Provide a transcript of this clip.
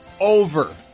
over